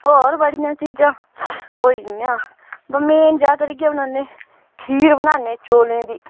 होर बड़ियां चीज़ां होई गेइयां ब मेन ज्यादतर इ'यै बनान्ने खीर बनान्ने चौलें दी